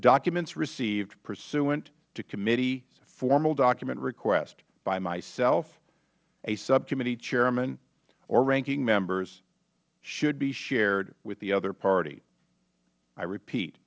documents received pursuant to committee formal document requests by myself a subcommittee chairman or ranking members should be shared with the other party i repeat